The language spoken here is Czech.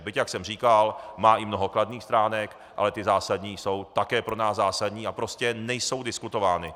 Byť, jak jsem říkal, má i mnoho kladných stránek, ale ty zásadní jsou také pro nás zásadní a prostě nejsou diskutovány.